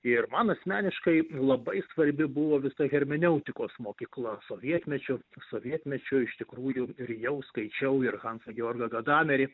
ir man asmeniškai labai svarbi buvo visa hermeneutikos mokykla sovietmečiu sovietmečiu iš tikrųjų ir jau skaičiau ir hansą georgą gadamerį